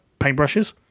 paintbrushes